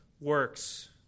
works